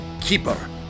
keeper